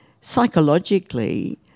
psychologically